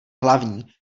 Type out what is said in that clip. hlavní